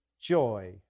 joy